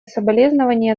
соболезнования